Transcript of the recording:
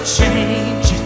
change